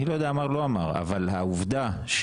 אני לא יודע, אמר לא אמר, אבל העובדה שבית